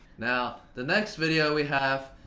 now, the next video we have.